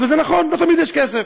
וזה נכון, לא תמיד יש כסף.